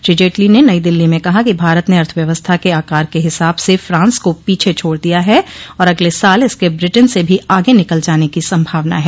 श्री जेटली ने नई दिल्ली म कहा कि भारत ने अर्थव्यवस्था के आकार के हिसाब से फ्रांस को पीछे छोड़ दिया है और अगले साल इसके ब्रिटेन से भी आगे निकल जाने की संभावना है